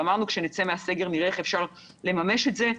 ואמרנו: כשנצא מהסגר נראה איך אפשר לממש את זה,